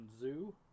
zoo